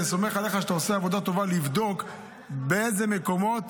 אני סומך עליך שאתה עושה עבודה טובה לבדוק באיזה מקומות